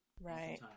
Right